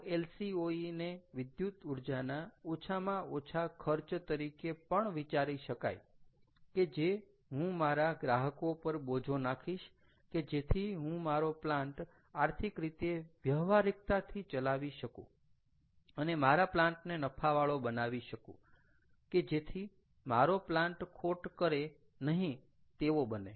તો LCOE ને વિદ્યુત ઊર્જાના ઓછામાં ઓછા ખર્ચ તરીકે પણ વિચારી શકાય કે જે હું મારા ગ્રાહકો પર બોજો નાખીશ કે જેથી હું મારો પ્લાન્ટ આર્થિક રીતે વ્યવહારીકતાથી ચલાવી શકું અને મારા પ્લાન્ટ ને નફાવાળો બનાવી શકું કે જેથી મારો પ્લાન્ટ ખોટ કરે નહીં તેવો બને